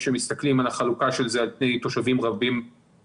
כאשר מסתכלים על החלוקה של זה על פי תושבים רבים בעולם,